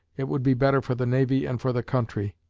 it would be better for the navy and for the country.